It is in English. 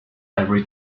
every